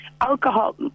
alcohol